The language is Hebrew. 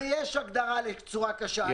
ויש הגדרה לצורה קשה,